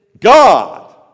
God